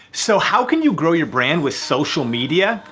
so, how can you grow your brand with social media?